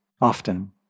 often